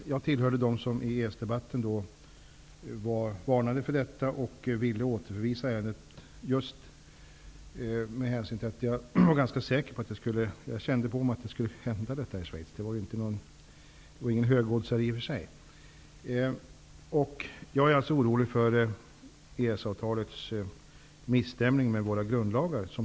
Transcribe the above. Jag tillhörde dem som varnade för detta i EES-dabatten och ville återförvisa ärendet. Jag kände på mig att detta skulle hända i Schweiz. Det var ju ingen högoddsare i och för sig. Jag är alltså orolig för EES-avtalets misstämning med våra grundlagar.